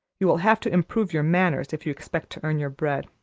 you will have to improve your manners if you expect to earn your bread.